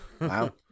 wow